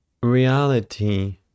Reality